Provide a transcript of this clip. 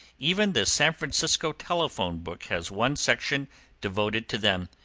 even the san francisco telephone book has one section devoted to them,